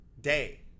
day